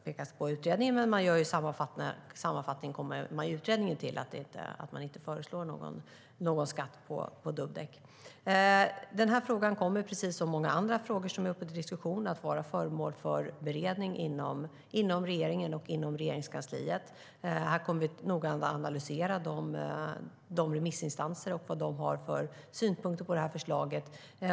Detta påpekas i utredningen, men sammanfattningsvis kommer man fram till att inte föreslå någon skatt på dubbdäck. Precis som många andra frågor som är uppe till diskussion kommer denna fråga att vara föremål för beredning inom regeringen och inom Regeringskansliet. Vi kommer att noggrant analysera remissinstansernas svar och synpunkter på förslaget.